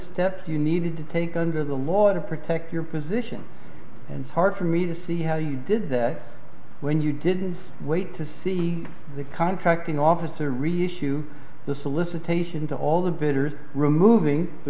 steps you needed to take under the law to protect your position and hard for me to see how you did that when you didn't wait to see the contracting officer read issue the solicitation to all the bidders removing the